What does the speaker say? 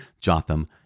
Jotham